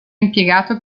impiegato